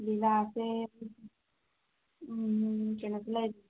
ꯂꯤꯂꯥꯁꯦ ꯎꯝ ꯀꯩꯅꯣꯗ ꯂꯩ